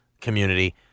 community